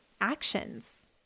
actions